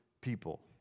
people